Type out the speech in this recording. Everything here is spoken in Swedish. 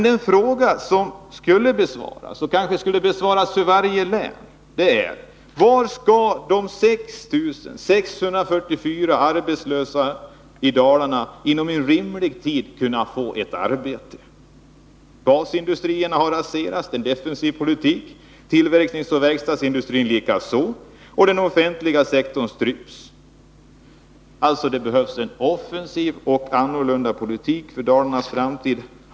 Den fråga som arbetsmarknadsministern skulle svara på är: Var skall de 6 644 arbetslösa i Dalarna inom en rimlig tid kunna få ett arbete? Basindustrierna har raserats till följd av en defensiv politik, tillverkningsoch verkstadsindustrin likaså. Och den offentliga sektorn stryps. Det behövs en ny och offensiv politik för Dalarnas framtid.